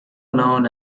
known